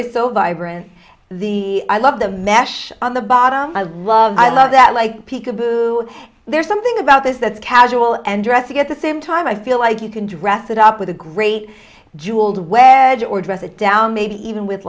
vibrant the i love the mash on the bottom i love i love that like peek a boo there's something about this that is casual and dress you get the same time i feel like you can dress it up with a great jeweled wedge or dress it down maybe even with